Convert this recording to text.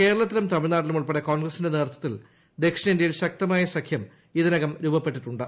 കേരളത്തിലും തമിഴ്നാട്ടിലും ഉൾപ്പെടെ കോൺഗ്രസിന്റെ നേതൃത്വത്തിൽ ദക്ഷിണേന്ത്യയിൽ ശക്തമായ സഖ്യം ഇതിനകം രൂപപ്പെട്ടിട്ടുണ്ട്